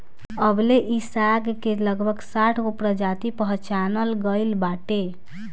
अबले इ साग के लगभग साठगो प्रजाति पहचानल गइल बाटे